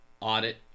audit